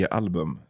album